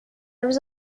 روز